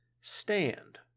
stand